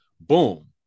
boom